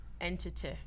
entity